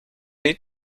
need